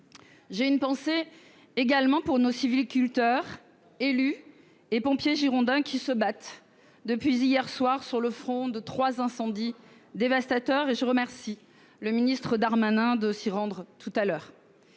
J'ai une pensée également pour nos sylviculteurs, nos élus et pompiers girondins, qui se battent depuis hier soir sur le front de trois incendies dévastateurs. Je remercie M. le ministre Darmanin d'avoir décidé de s'y rendre tout à l'heure.